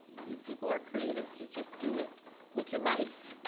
you people are creatives. you just do it with your mice